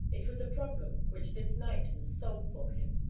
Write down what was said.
it was a problem which this night must solve for him.